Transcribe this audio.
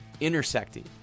intersecting